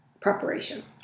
preparation